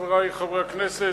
חברי חברי הכנסת,